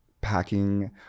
packing